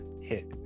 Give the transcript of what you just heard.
hit